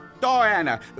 Diana